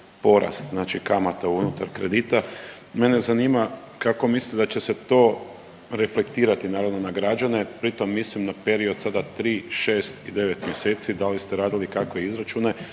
znači kamata unutar kredita mene zanima kako mislite da će se to reflektirati naravno na građane. Pritom mislim na period sada tri, šest i devet mjeseci da li ste radili kakve izračune